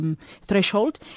threshold